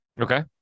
Okay